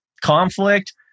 conflict